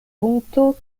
punkto